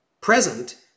present